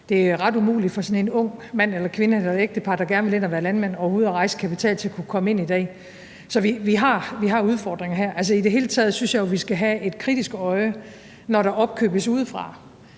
det er ret umuligt for sådan en ung mand eller kvinde eller et ægtepar, der gerne vil ind at være landmand, overhovedet at rejse kapital til at kunne komme ind i dag. Så vi har udfordringer her. I det hele taget synes jeg jo, at vi skal have et kritisk øje på det, når der skal opkøbes udefra.